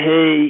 Hey